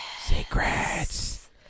Secrets